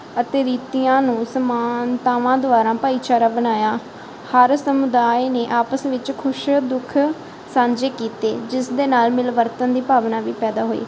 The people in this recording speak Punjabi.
ਅਤੇ ਰੀਤੀਆਂ ਨੂੰ ਸਮਾਨਤਾਵਾਂ ਦੁਆਰਾ ਭਾਈਚਾਰਾ ਬਣਾਇਆ ਹਰ ਸਮੁਦਾਇ ਨੇ ਆਪਸ ਵਿੱਚ ਖੁਸ਼ੀ ਦੁੱਖ ਸਾਂਝੇ ਕੀਤੇ ਜਿਸ ਦੇ ਨਾਲ ਮਿਲਵਰਤਨ ਦੀ ਭਾਵਨਾ ਵੀ ਪੈਦਾ ਹੋਈ